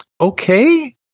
okay